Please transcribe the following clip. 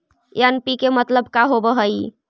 NPK मतलब का होव हइ?